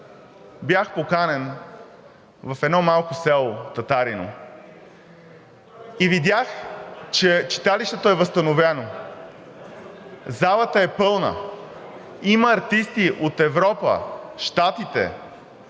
бях поканен в едно малко село – Татарево, и видях, че читалището е възстановено, залата е пълна, има артисти от Европа, Щатите